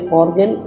organ